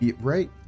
Right